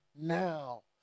now